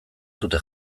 dute